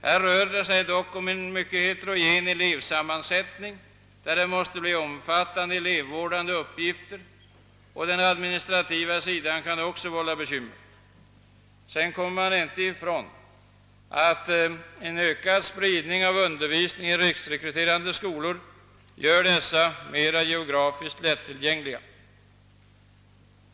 Här rör det sig dock om en mycket heterogen elevsammansättning, där det måste bli fråga om omfattande elevvårdande uppgifter. Den administrativa sidan kan också vålla bekymmer. Man kommer sedan inte ifrån att ökad spridning av undervisningen i riksrekryterande skolor gör dessa mera geografiskt lättillgängliga.